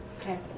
Okay